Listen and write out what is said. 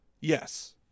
Yes